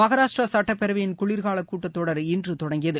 மகாராஷ்டிரா சட்டப்பேரவையின் குளிர்கால கூட்டத்தொடர் இன்று தொடங்கியது